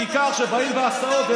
בעיקר שבאים בהסעות,